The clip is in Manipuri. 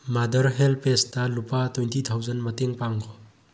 ꯃꯥꯗꯔ ꯍꯦꯜꯞ ꯄꯦꯖꯇ ꯂꯨꯄꯥ ꯇ꯭ꯋꯦꯟꯇꯤ ꯊꯥꯎꯖꯟ ꯃꯇꯦꯡ ꯄꯥꯡꯈꯣ